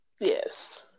Yes